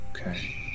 Okay